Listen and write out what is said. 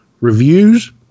reviews